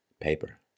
paper